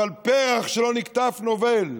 אבל פרח שלא נקטף, נובל,